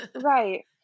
Right